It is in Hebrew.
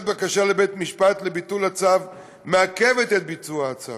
בקשה לבית-משפט לביטול הצו מעכבת את ביצוע הצו.